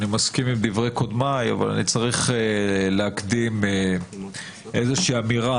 אני מסכים עם דברי קודמיי אבל אני צריך להקדים איזושהי אמירה.